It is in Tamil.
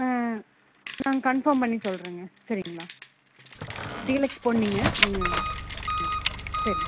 ஆ நாங்கள் கன்ஃபார்ம் பண்ணி சொல்கிறேங்க சரிங்ளா டீலக்ஸ் பொன்னிங்க நீங்கள் ம் சரி